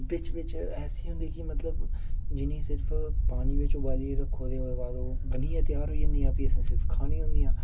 बिच बिच ऐसियां होंदियां कि मतलब जि'नें ई सिर्फ पानी बिच उवालियै रक्खो ओह्दे बाद बनियै तेआर होई जंदियां फ्ही असें सिर्फ खानियां होंदियां